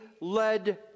led